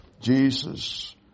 Jesus